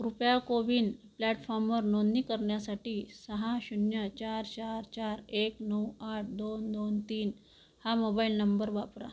कृपया कोविन प्लॅटफॉर्मवर नोंदणी करण्यासाठी सहा शून्य चार चार चार एक नऊ आठ दोन दोन तीन हा मोबाइल नंबर वापरा